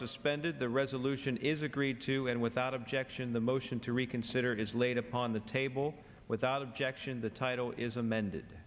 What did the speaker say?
suspended the resolution is agreed to and without objection the motion to reconsider is laid upon the table without objection the title is amend